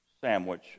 sandwich